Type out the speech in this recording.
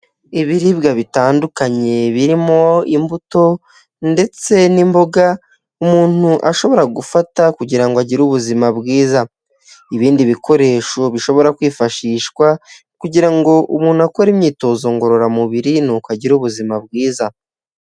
Ibiribwa bitandukanye birimo imbuto ndetse n'imboga, umuntu ashobora gufata kugira ngo agire ubuzima bwiza, ibindi bikoresho bishobora kwifashishwa kugira ngo umuntu akore imyitozo ngororamubiri n'uko agire ubuzima bwiza.